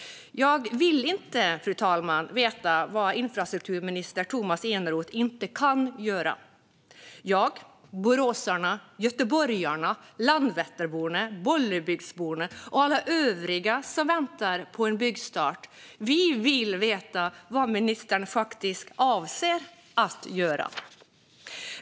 Jag vill inte, fru talman, veta vad infrastrukturminister Tomas Eneroth inte kan göra. Jag, boråsarna, göteborgarna, Landvetterborna, Bollebygdsborna och alla övriga som väntar på en byggstart vill veta vad ministern faktiskt avser att göra.